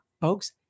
folks